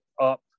up